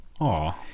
Aww